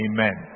Amen